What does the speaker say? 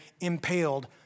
impaled